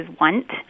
want